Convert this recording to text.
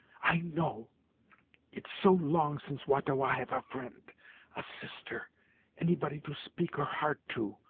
i know it so long since wah-ta-wah have a friend a sister any body to speak her heart to!